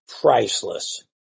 priceless